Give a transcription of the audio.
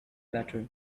better